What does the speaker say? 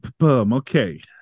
Okay